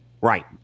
right